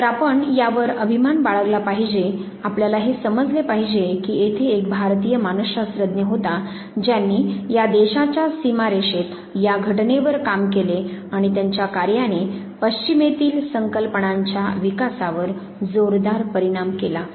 तर आपण यावर अभिमान बाळगला पाहिजे आपल्याला हे समजले पाहिजे की येथे एक भारतीय मानसशास्त्रज्ञ होता ज्यांनी या देशाच्या सीमारेषेत या घटनेवर काम केले आणि त्यांच्या कार्याने पश्चिमेतील संकल्पनांच्या विकासावर जोरदार परिणाम केला